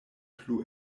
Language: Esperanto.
plu